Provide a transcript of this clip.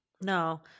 no